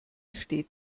steht